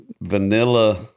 vanilla